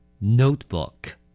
notebook